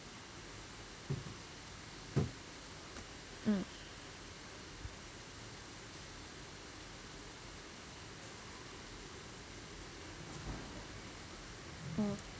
mm mm